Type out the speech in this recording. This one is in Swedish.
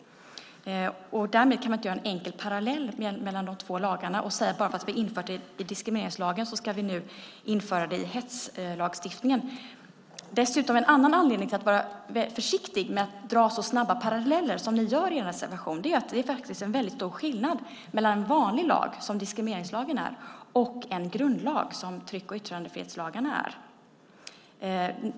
Därmed kan man inte dra en enkel parallell mellan de två lagarna och säga att bara för att vi har infört det i diskrimineringslagen ska vi nu införa det i hetslagstiftningen. En annan anledning till att vara försiktig med att dra så snabba paralleller som ni gör i er reservation är att det är en väldigt stor skillnad mellan en vanlig lag, som diskrimineringslagen, och en grundlag, som tryck och yttrandefrihetslagarna.